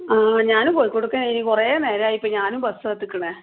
ആ ഞാനും കോഴിക്കോടക്കാ കുറെ നേരമായി ഇപ്പം ഞാനും ബെസ്സ് കാത്തിരിക്കണത്